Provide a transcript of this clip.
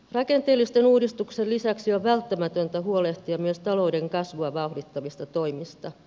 rakenteellisten uudistusten lisäksi on välttämätöntä huolehtia myös talouden kasvua vauhdittavista toimista